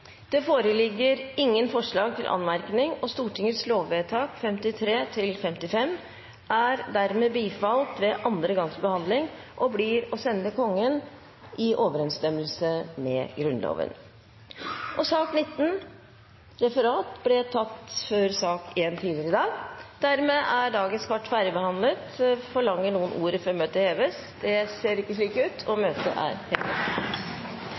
Det foreligger ingen forslag til anmerkning til noen av sakene. Stortingets lovvedtak er dermed bifalt ved andre gangs behandling og blir å sende Kongen i overensstemmelse med Grunnloven. Sak nr. 19, Referat, er allerede behandlet. Dermed er dagens kart ferdigbehandlet. Forlanger noen ordet før møtet heves? – Møtet er hevet.